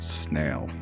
snail